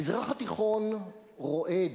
המזרח התיכון רועד.